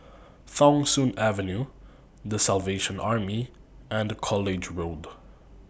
Thong Soon Avenue The Salvation Army and College Road